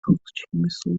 posthumously